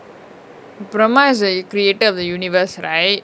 brahma is the creator if the universe right